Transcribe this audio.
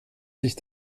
sich